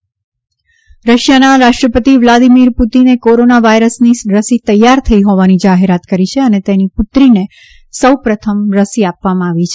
Russia રસી રશિયાના રાષ્ટ્રપતિ વ્લાદિમીર પુટિને કોરોના વાયરસની રસી તૈયાર થઈ હોવાની જાહેરાત કરી છે અને તેની પુત્રીને સૌ પ્રથમ રસી આપવામાં આવી છે